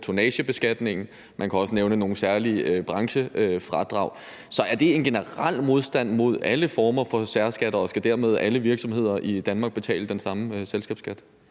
tonnagebeskatningen, og man kunne også nævne nogle særlige branchefradrag. Så er det en generel modstand mod alle former for særskatter, og skal alle virksomheder i Danmark dermed betale den samme selskabsskat?